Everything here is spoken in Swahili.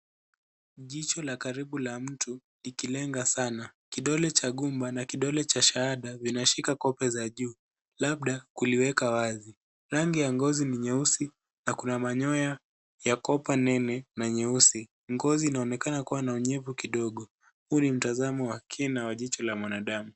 Jicho la karibu la mtu, likilenga sana. Kidole cha gumba na kidole cha shahada, vinashika kope za juu, labda kuliweka wazi. Rangi ya ngozi ni nyeusi na kuna manyoya ya kopa nene na nyeusi. Ngozi inaonekana kuwa na unyevu kidogo. Huu ni mtazamo wa kina wa jicho la mwanadamu.